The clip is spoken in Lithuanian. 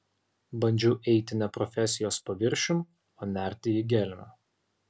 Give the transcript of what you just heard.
bandžiau eiti ne profesijos paviršium o nerti į gelmę